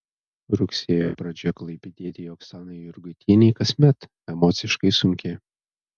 rugsėjo pradžia klaipėdietei oksanai jurgutienei kasmet emociškai sunki